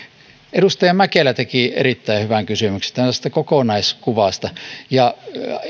edustaja mäkelä teki erittäin hyvän kysymyksen tästä kokonaiskuvasta